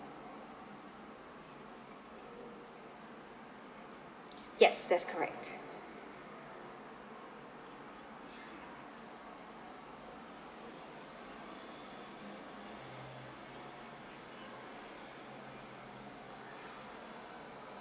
yes that's correct